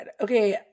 Okay